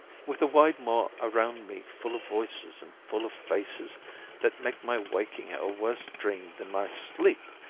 with the wide moor around me full of voices and full of faces that make my waking a worse dream than my sleep?